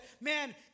man